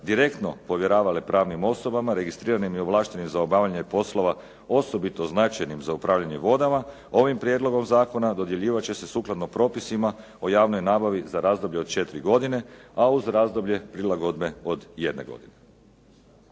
direktno povjeravale pravnim osobama registriranim i ovlaštenim za obavljanje poslova osobito značajnim za upravljanje vodama ovim prijedlogom zakona dodjeljivat će se sukladno propisima o javnoj nabavi za razdoblje od četiri godine, a uz razdoblje prilagodbe od jedne godine.